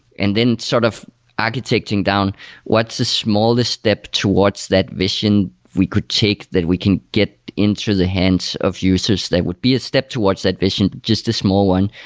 and then sort of architecting down what's the smallest step to watch that vision we could take that we can get into the hands of users that would be a step towards that vision, just a small one.